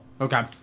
Okay